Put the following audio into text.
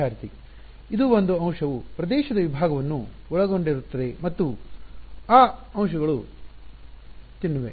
ವಿದ್ಯಾರ್ಥಿ ಇದು ಒಂದು ಅಂಶವು ಪ್ರದೇಶದ ವಿಭಾಗವನ್ನು ಒಳಗೊಂಡಿರುತ್ತದೆ ಮತ್ತು ಆ ಅಂಶಗಳು ತಿನ್ನುವೆ